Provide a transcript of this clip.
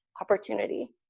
opportunity